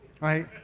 right